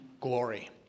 glory